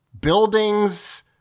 buildings